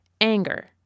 Anger